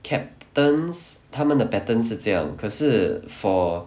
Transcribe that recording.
captains 他们的 pattern 是这样可是 for